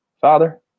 father